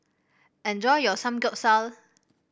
enjoy your Samgeyopsal